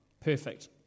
Perfect